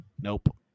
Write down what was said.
Nope